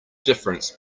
difference